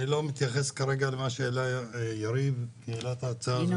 אני לא מתייחס כרגע למה שהעלה יריב לוין ולמה העלה אותה.